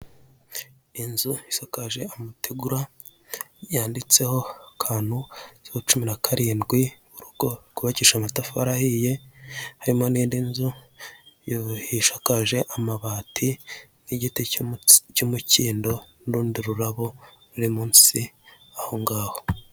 Inzu isakaje amategura yanditseho akantu kanditseho cumi na karindwi, urugo rwubakishije amatafari ahiye, harimo nindi nzu yaheshakaje amabati y'igiti cy'umukindo n'urundi rururabo ruri munsi aho ngaho.